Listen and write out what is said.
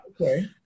okay